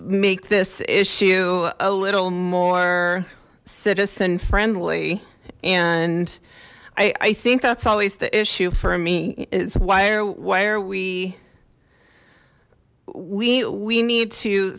make this issue a little more citizen friendly and i think that's always the issue for me is why are where we we we need to